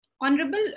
Honorable